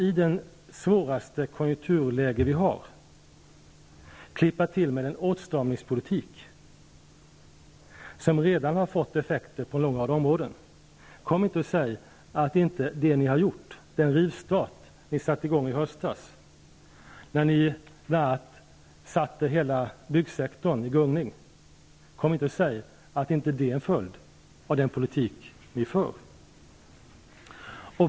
I det svåra konjunkturläge vi har klipper regeringen till med en åtstramningspolitik, som redan har fått effekter på en lång rad områden. Ni satte i gång med en rivstart i höstas. Ni satte bl.a. hela byggsektorn i gungning. Kom inte och säg att det inte var en följd av den politik ni för.